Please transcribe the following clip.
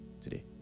today